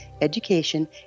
education